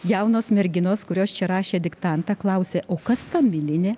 jaunos merginos kurios čia rašė diktantą klausė o kas ta milinė